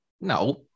No